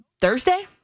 Thursday